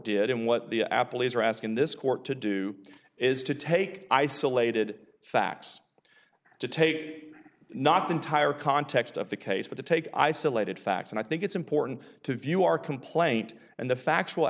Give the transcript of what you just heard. did and what the apple is or asking this court to do is to take isolated facts to tape not the entire context of the case but to take isolated facts and i think it's important to view our complaint and the factual